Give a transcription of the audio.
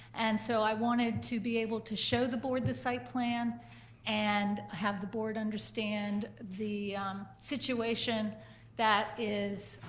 and so i wanted to be able to show the board the site plan and have the board understand the situation that is,